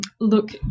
look